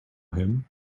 him